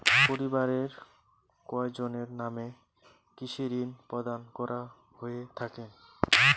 পরিবারের কয়জনের নামে কৃষি ঋণ প্রদান করা হয়ে থাকে?